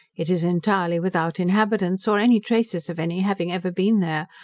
it is entirely without inhabitants, or any traces of any having ever been there.